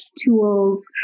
tools